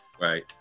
Right